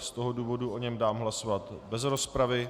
Z toho důvodu o něm dám hlasovat bez rozpravy.